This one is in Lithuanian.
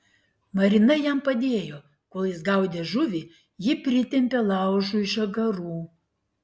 marina jam padėjo kol jis gaudė žuvį ji pritempė laužui žagarų